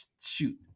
Shoot